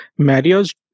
Marios